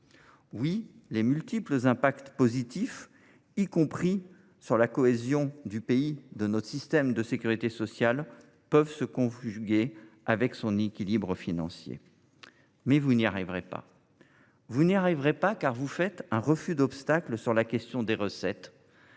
Oui, les multiples impacts bénéfiques, y compris sur la cohésion du pays, de notre système de sécurité sociale peuvent se conjuguer avec son équilibre financier. Mais vous n’y arriverez pas, car vous faites un refus d’obstacle sur la question des recettes,